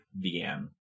began